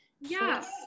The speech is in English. Yes